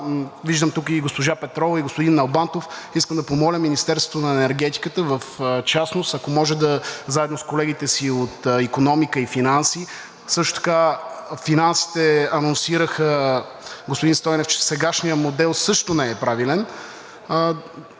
Виждам тук и госпожа Петрова, и господин Налбантов – искам да помоля Министерството на енергетиката в частност, ако може, заедно с колегите си от Икономиката и Финансите; Финансите анонсираха, господин Стойнев, че сегашният модел също не е правилен